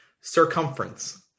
Circumference